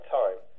time